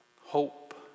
hope